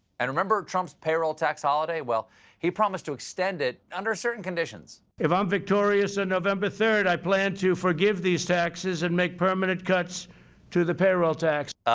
and remember trump's payroll tax holiday, well he promised to extends it under certain conditions. if i'm victorious on and november third i plan to forgive these taxes and make permanent cuts to the payroll tax.